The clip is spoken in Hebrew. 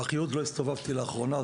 באחיהוד לא הסתובבתי לאחרונה,